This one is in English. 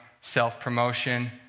self-promotion